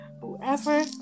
Whoever